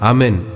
Amen